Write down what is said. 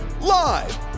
live